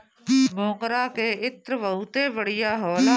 मोगरा के इत्र बहुते बढ़िया होला